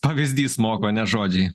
pavyzdys moko ne žodžiai